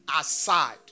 aside